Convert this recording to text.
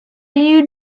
you